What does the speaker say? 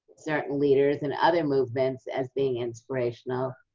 certain leaders and other movements as being inspirational.